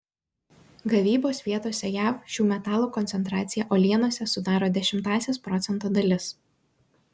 gavybos vietose jav šių metalų koncentracija uolienose sudaro dešimtąsias procento dalis